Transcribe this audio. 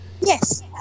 Yes